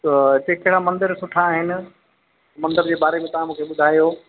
त हिते कहिड़ा मंदर सुठा आहिनि मंदिर जे बारे में तव्हां मूंखे ॿुधायो